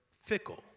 fickle